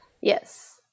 Yes